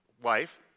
wife